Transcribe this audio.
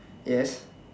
yes